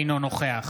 אינו נוכח